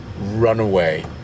runaway